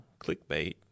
clickbait